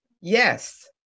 Yes